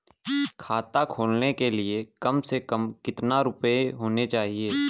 खाता खोलने के लिए कम से कम कितना रूपए होने चाहिए?